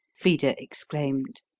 frida exclaimed.